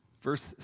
Verse